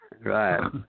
Right